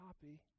copy